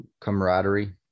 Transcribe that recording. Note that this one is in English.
camaraderie